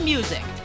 Music